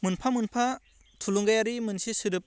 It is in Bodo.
मोनफा मोनफा थुलुंगायारि मोनसे सोदोब